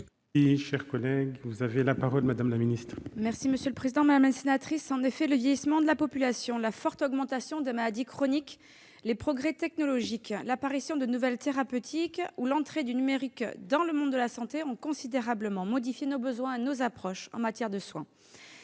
de retrouver une équité nationale ? La parole est à Mme la secrétaire d'État. Madame la sénatrice, le vieillissement de la population, la forte augmentation des maladies chroniques, les progrès technologiques, l'apparition de nouvelles thérapeutiques ou l'entrée du numérique dans le monde de la santé ont considérablement modifié nos besoins et nos approches en matière de soins.